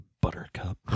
Buttercup